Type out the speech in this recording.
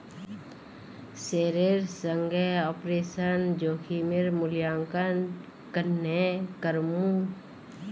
शेयरेर संगे ऑपरेशन जोखिमेर मूल्यांकन केन्ने करमू